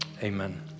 amen